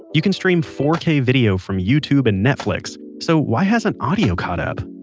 you can stream four k video from youtube and netflix, so why hasn't audio caught up?